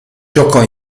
giocò